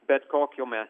bet kokiame